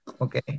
Okay